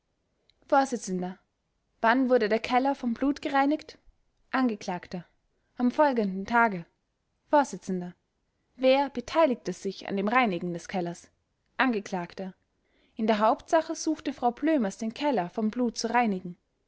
vors wann wurde der keller vom blut gereinigt angekl am folgenden tage vors wer beteiligte sich an dem reinigen des kellers angeklagter in der hauptsache suchte frau blömers den keller vom blut zu reinigen